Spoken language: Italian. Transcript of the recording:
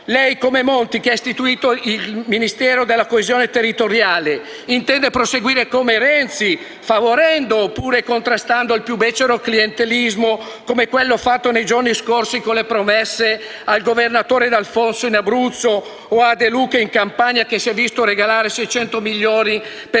Lei, come Monti, che ha istituito il Ministero per la coesione territoriale, intende proseguire come Renzi favorendo oppure contrastando il più becero clientelismo, come quello fatto nei giorni scorsi con le promesse al governatore D'Alfonso in Abruzzo o a De Luca in Campania, che si è visto regalare 600 milioni per